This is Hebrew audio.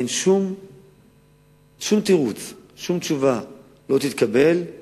אין שום תירוץ ושום תשובה לא תתקבל על